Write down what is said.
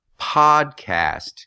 podcast